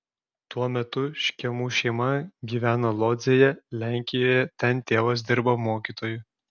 tuo metu škėmų šeima gyveno lodzėje lenkijoje ten tėvas dirbo mokytoju